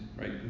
right